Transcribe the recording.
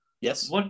Yes